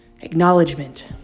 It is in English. acknowledgement